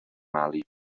mali